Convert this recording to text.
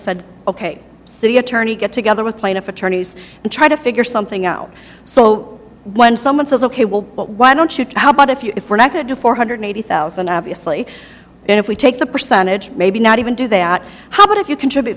said ok city attorney get together with plaintiff attorneys and try to figure something out so when someone says ok well why don't you how about if we're not going to four hundred eighty thousand obviously if we take the percentage maybe not even do that how about if you contribute